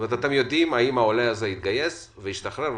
אתם יודעים אם העולה הזה התגייס והשתחרר,